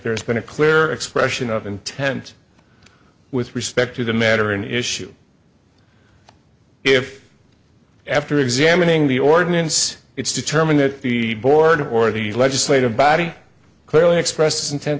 there's been a clear expression of intent with respect to the matter an issue if after examining the ordinance it's determined that the board or the legislative body clearly expressed inten